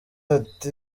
ati